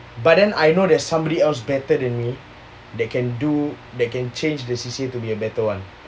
but then I know there's somebody else better than me that can do that can change the C_C_A to be a better one